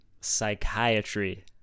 psychiatry